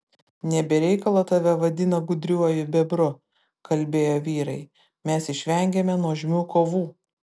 ne be reikalo tave vadina gudriuoju bebru kalbėjo vyrai mes išvengėme nuožmių kovų